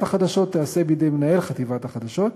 החדשות תיעשה בידי מנהל חטיבת החדשות,